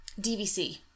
DVC